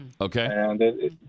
Okay